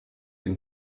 den